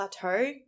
plateau